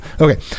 Okay